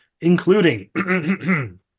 including